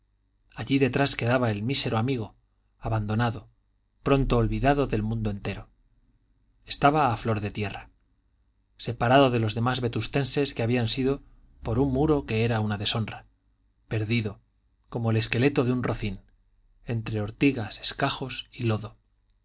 allí detrás quedaba el mísero amigo abandonado pronto olvidado del mundo entero estaba a flor de tierra separado de los demás vetustenses que habían sido por un muro que era una deshonra perdido como el esqueleto de un rocín entre ortigas escajos y lodo